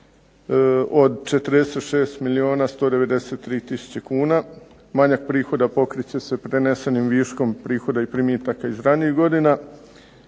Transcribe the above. od 46 milijuna 193 tisuće kuna, manjak prihoda pokrit će se prenesenim viškom prihoda i primitaka iz ranijih godina,